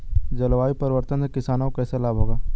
जलवायु परिवर्तन से किसानों को कैसे लाभ होगा?